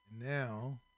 now